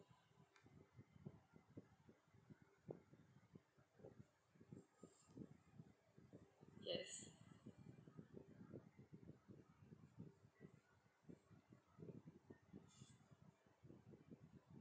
yes